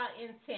intent